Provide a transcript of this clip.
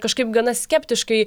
kažkaip gana skeptiškai